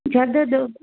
ज़्यादा दर्द